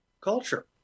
culture